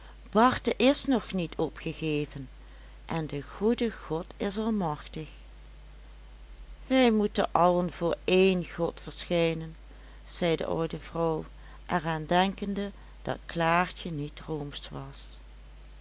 barte is nog niet opgegeven en de goede god is almachtig wij moeten allen voor één god verschijnen zei de oude vrouw er aan denkende dat klaartje niet roomsch was